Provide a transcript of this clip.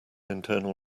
internal